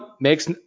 makes